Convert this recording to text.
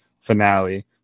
finale